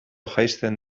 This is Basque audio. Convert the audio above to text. jaisten